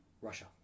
Russia